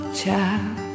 child